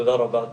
תודה רבה לכם.